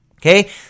okay